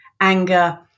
anger